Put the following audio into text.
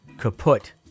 kaput